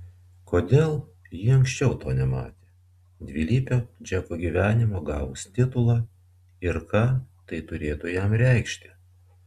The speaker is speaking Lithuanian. kodėl ji anksčiau to nematė dvilypio džeko gyvenimo gavus titulą ir ką tai turėtų jam reikšti